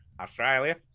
Australia